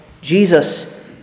Jesus